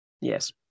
Yes